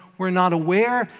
we're not aware,